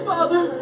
Father